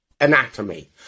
Anatomy